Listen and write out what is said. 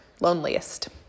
Loneliest